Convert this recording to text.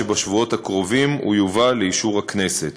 ואני מעריך כי בשבועות הקרובים נביא אותה לאישור הכנסת.